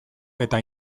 eta